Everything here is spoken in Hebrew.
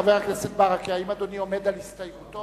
חבר הכנסת ברכה, האם אדוני עומד על הסתייגותו?